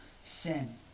sin